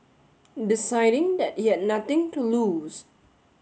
deciding that he had nothing to lose